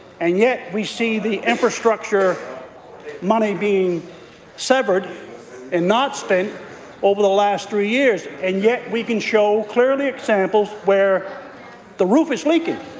and yet we see the infrastructure money being severed and not spent over the last three years, and yet we can show clear examples where the roof is leaking